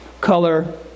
Color